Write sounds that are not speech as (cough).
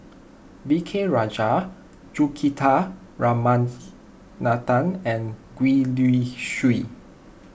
V K Rajah Juthika Raman (unintelligible) and Gwee Li Sui